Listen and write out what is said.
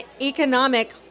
economic